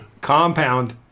Compound